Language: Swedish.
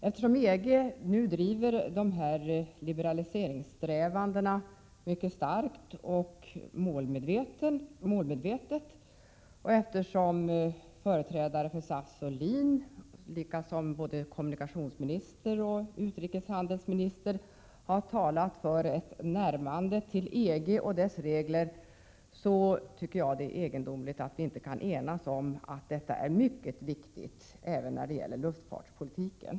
Eftersom EG nu driver liberaliseringssträvandena mycket starkt och målmedvetet och eftersom företrädare för SAS och Lin liksom både kommunikationsministern och utrikeshandelsministern har talat för ett närmande till EG och dess regler, är det egendomligt att vi inte kan enas om att detta är mycket viktigt även när det gäller luftfartspolitiken.